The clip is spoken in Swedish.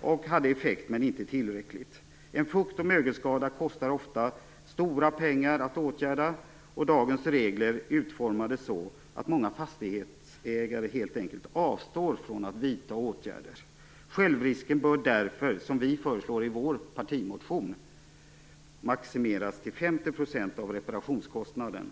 och hade effekt, men det var inte tillräckligt. En fukt och mögelskada kostar ofta stora pengar att åtgärda, och dagens regler är utformade så att många fastighetsägare helt enkelt avstår från att vidta åtgärder. Självrisken bör därför, som vi föreslår i vår partimotion, maximeras till 50 % av reparationskostnaden.